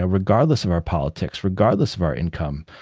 ah regardless of our politics, regardless of our income,